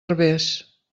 herbers